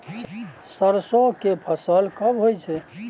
सरसो के फसल कब होय छै?